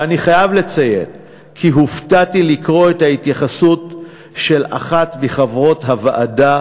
ואני חייב לציין כי הופתעתי לקרוא את ההתייחסות של אחת מחברות הוועדה,